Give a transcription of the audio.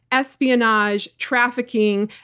espionage, trafficking,